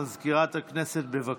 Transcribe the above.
מזכירת הכנסת, בבקשה.